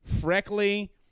freckly